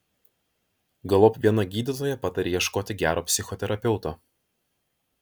galop viena gydytoja patarė ieškoti gero psichoterapeuto